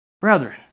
Brethren